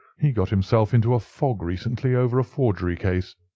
he got himself into a fog recently over a forgery case,